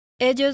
Ellos